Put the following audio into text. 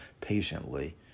patiently